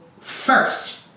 first